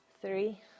Three